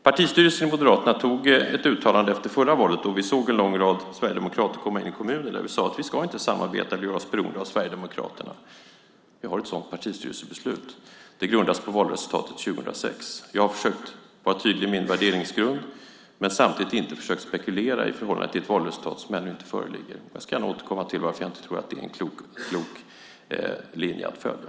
Partistyrelsen i Moderaterna gjorde ett uttalande efter förra valet - då vi såg en lång rad sverigedemokrater komma in i kommunerna - där vi sade att vi inte ska samarbeta med eller göra oss beroende av Sverigedemokraterna. Vi har ett sådant partistyrelsebeslut. Det grundades på valresultatet 2006. Jag har försökt vara tydlig i min värdegrund men samtidigt inte försökt spekulera i förhållande till ett valresultat som ännu inte föreligger. Jag ska återkomma till varför jag inte tror att det är en klok linje att följa.